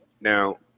Now